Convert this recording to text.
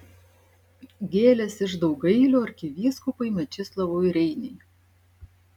gėlės iš daugailių arkivyskupui mečislovui reiniui